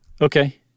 Okay